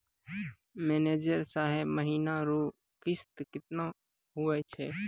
manager साहब महीना रो किस्त कितना हुवै छै